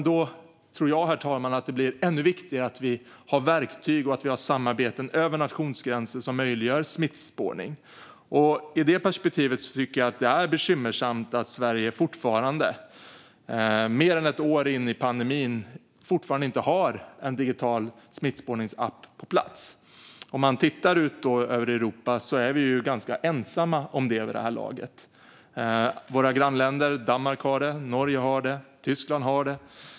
Då tror jag, herr talman, att det blir ännu viktigare att vi har verktyg och samarbeten över nationsgränser som möjliggör smittspårning. I det perspektivet tycker jag att det är bekymmersamt att Sverige fortfarande mer än ett år in i pandemin inte har en digital smittspårningsapp på plats. Om man tittar ut över Europa är vi ganska ensamma om det vid det här laget. Våra grannländer Danmark och Norge har det, och Tyskland har det.